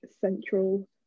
central